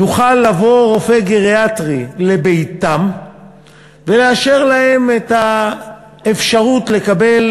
יוכל לבוא רופא גריאטרי לביתם ולאשר להם את האפשרות לקבל